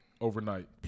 overnight